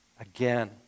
Again